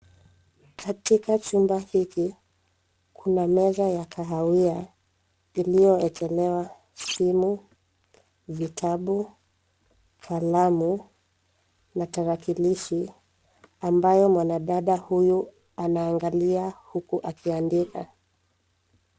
Katika chumba hiki kuna meza ya kahawia iliyowekelewa simu, vitabu, kalamu na tarakilishi ambayo mwanadada huyu anaangalia uku akiandika.